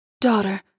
Daughter